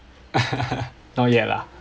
not yet lah